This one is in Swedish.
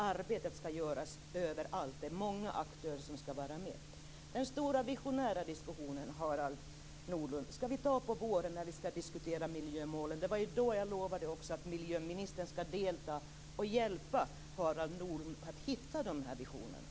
Arbetet skall göras överallt. Det är många aktörer som skall vara med. Den stora visionära diskussionen, Harald Nordlund, skall vi ta på våren när vi skall diskutera miljömålen. Det var då jag lovade att miljöministern skall delta och hjälpa Harald Nordlund att hitta visionerna.